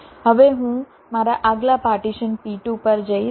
હવે હું મારા આગલા પાર્ટીશન P2 પર જઈશ